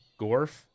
Gorf